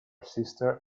sister